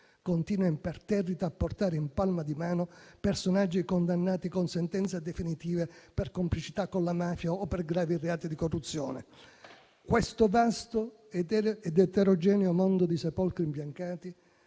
continua imperterrita a portare in palma di mano personaggi condannati con sentenze definitive per complicità con la mafia o per gravi reati di corruzione. Questo vasto ed eterogeneo mondo di sepolcri imbiancati